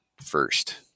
first